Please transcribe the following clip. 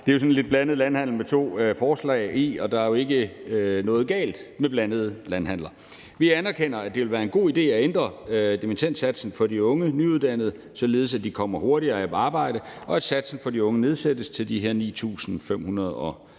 Det er jo sådan en lidt blandet landhandel med to forslag i ét, og der er jo ikke noget galt med blandede landhandler. Vi anerkender, at det ville være en god idé at ændre dimittendsatsen for de unge nyuddannede, således at de kommer hurtigere på arbejde, og at satsen for de unge nedsættes til de her 9.514 kr.